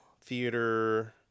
theater